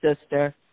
sister